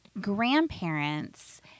grandparents